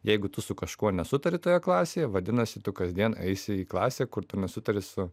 jeigu tu su kažkuo nesutari toje klasėje vadinasi tu kasdien eisi į klasę kur tu nesutari su